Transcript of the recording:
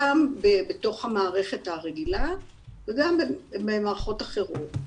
גם בתוך המערכת הרגילה וגם במערכות אחרות.